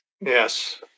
Yes